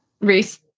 Reese